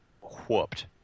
whooped